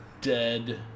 Dead